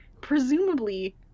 presumably